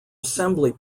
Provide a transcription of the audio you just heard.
assembly